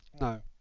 no